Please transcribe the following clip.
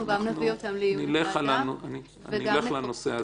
נלך על הנושא הזה.